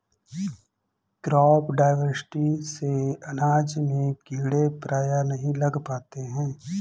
crop diversity से अनाज में कीड़े प्रायः नहीं लग पाते हैं